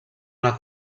una